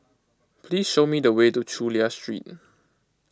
please show me the way to Chulia Street